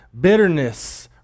bitterness